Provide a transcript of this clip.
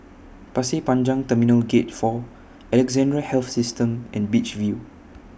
Pasir Panjang Terminal Gate four Alexandra Health System and Beach View